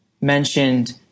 mentioned